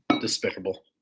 Despicable